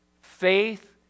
faith